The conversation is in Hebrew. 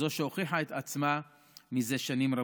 זו שהוכיחה את עצמה זה שנים רבות.